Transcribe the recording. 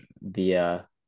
via